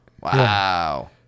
Wow